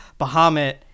bahamut